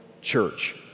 church